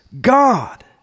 God